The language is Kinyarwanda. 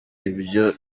ibyo